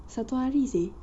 satu hari seh